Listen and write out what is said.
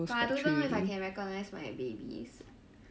but I don't even know if I can recognise my babies